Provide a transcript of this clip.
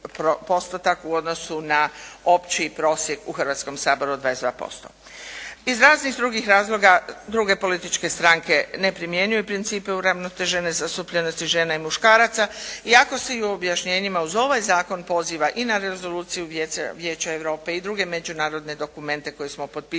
u odnosu na opći prosjek u Hrvatskom saboru od 22%. Iz raznih drugih razloga, druge političke stranke ne primjenjuju principe uravnotežene zastupljenosti žena i muškaraca iako se u objašnjenjima uz ovaj zakon poziva i na rezoluciju Vijeća Europe i druge međunarodne dokumente koje smo potpisali,